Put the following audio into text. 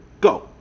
go